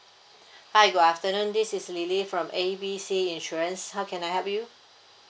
hi good afternoon this is lily from A B C insurance how can I help you